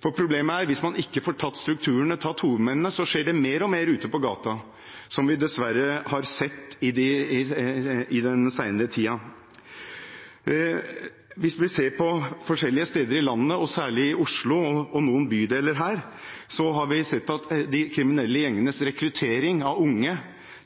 For problemet er at hvis man ikke får tatt strukturene, tatt hovedmennene, så skjer det mer og mer ute på gata, som vi dessverre har sett i den senere tiden. Hvis vi ser på forskjellige steder i landet, og særlig i Oslo og noen bydeler her, har vi sett at de kriminelle gjengenes rekruttering av unge